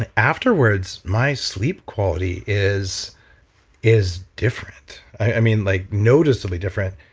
and afterwards, my sleep quality is is different. i mean, like noticeably different.